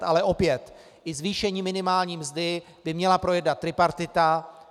Ale opět, i zvýšení minimální mzdy by měla projednat tripartita.